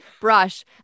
brush